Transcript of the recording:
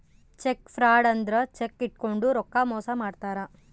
check fraud ಅಂದ್ರ cheque ಇಟ್ಕೊಂಡು ರೊಕ್ಕ ಮೋಸ ಮಾಡ್ತಾರ